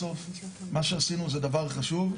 בסוף מה שעשינו זה דבר חשוב,